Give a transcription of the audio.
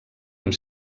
amb